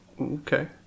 Okay